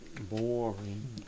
Boring